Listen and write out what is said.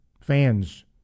fans